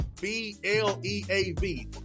B-L-E-A-V